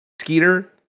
Skeeter